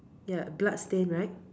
ya bloodstain right